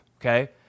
okay